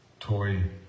toy